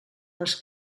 les